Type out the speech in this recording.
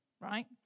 right